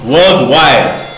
Worldwide